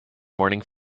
morning